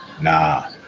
nah